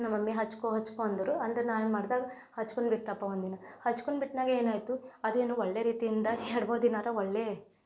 ನಮ್ಮ ಮಮ್ಮಿ ಹಚ್ಕೋ ಹಚ್ಕೋ ಅಂದರು ಅಂದ್ರೆ ನಾನು ಏನು ಮಾಡ್ದೆ ಹಚ್ಕೊಂಡ್ ಬಿಟ್ಟೆನಪ್ಪ ಒಂದು ದಿನ ಹಚ್ಕೊಂಡು ಬಿಟ್ಟಾಗ ಏನಾಯಿತು ಅದೇನು ಒಳ್ಳೆಯ ರೀತಿಯಿಂದ ಎರಡು ಮೂರು ದಿನ ಆರ ಒಳ್ಳೆಯ